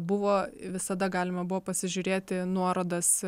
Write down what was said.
buvo visada galima buvo pasižiūrėti nuorodas